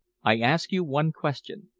i ask you one question.